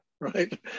Right